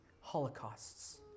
holocausts